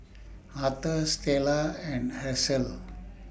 Authur Stella and Hershel